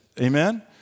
Amen